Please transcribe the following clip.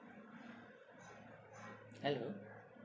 hello